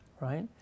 right